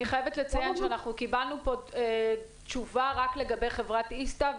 אני חייבת לציין שקיבלנו פה תשובה רק לגבי חברת איסתא,